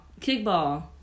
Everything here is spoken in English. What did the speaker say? kickball